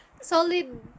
Solid